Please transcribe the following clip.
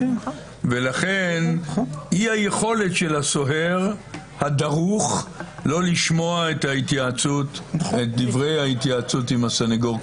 ולכן אי-היכולת של הסוהר הדרוך לא לשמוע את דברי ההתייעצות עם הסנגור.